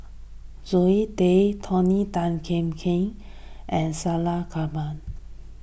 Zoe Tay Tony Tan Keng Yam and Salleh Japar